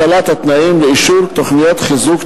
הקלת התנאים לאישור תוכניות חיזוק),